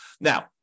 Now